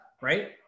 right